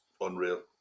unreal